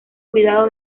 cuidado